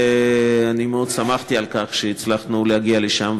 אני מאוד שמחתי על כך שהצלחנו להגיע לשם,